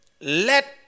let